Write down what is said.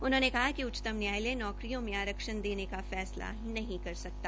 उन्होंने कहा कि उच्चतम न्यायालय नौकरियों में आरक्षण देने का फैसला नहीं कर सकता